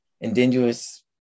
indigenous